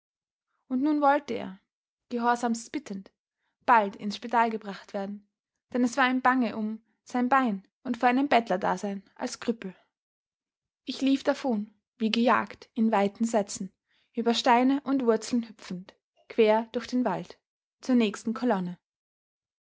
und nun wollte er gehorsamst bittend bald ins spital gebracht werden denn es war ihm bange um sein bein und vor einem bettlerdasein als krüppel ich lief davon wie gejagt in weiten sätzen über steine und wurzeln hüpfend quer durch den wald zur nächsten kolonne